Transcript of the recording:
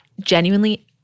genuinely